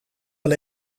wel